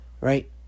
Right